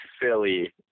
Philly